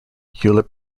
hewlett